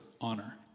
honor